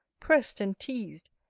pressed and teased,